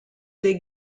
des